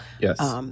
Yes